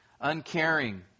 uncaring